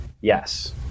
yes